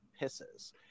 pisses